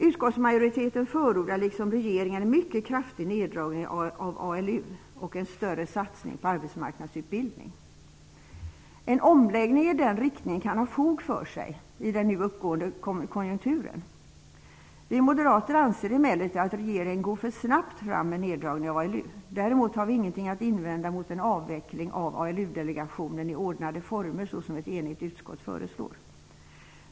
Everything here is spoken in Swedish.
Utskottsmajoriteten förordar liksom regeringen en mycket kraftig nerdragning av ALU och en större satsning på arbetsmarknadsutbildning. En sådan omläggning kan ha fog för sig i den nu uppåtgående konjunkturen. Vi moderater anser emellertid att regeringen går för snabbt fram med nerdragningen av ALU. Däremot har vi ingenting att invända mot en avveckling av ALU-delegationen i ordnade former så som ett enigt utskott föreslår.